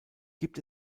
gibt